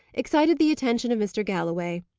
excited the attention of mr. galloway.